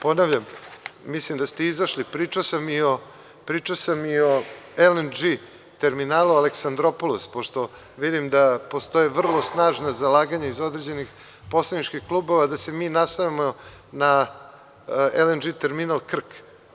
Ponavljam, mislim da ste izašli, pričao sam i o LNG Terminalu Aleksandropolus, pošto vidim da postoje vrlo snažna zalaganja iz određenih poslaničkih klubova, da se mi naslanjamo na LNG Terminal Krk.